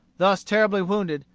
thus terribly wounded,